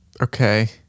Okay